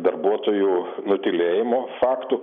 darbuotojų nutylėjimo faktų